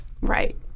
Right